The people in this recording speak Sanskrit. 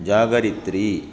जागरित्री